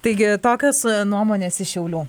taigi tokios nuomonės iš šiaulių